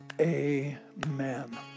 amen